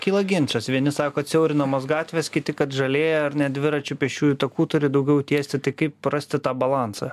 kyla ginčas vieni sako kad siaurinamos gatvės kiti kad žalėja ar ne dviračių pėsčiųjų takų turi daugiau tiesti tai kaip rasti tą balansą